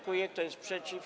Kto jest przeciw?